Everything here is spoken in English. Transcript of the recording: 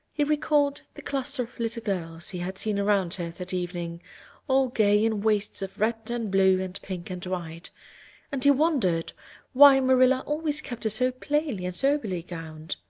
he recalled the cluster of little girls he had seen around her that evening all gay in waists of red and blue and pink and white and he wondered why marilla always kept her so plainly and soberly gowned.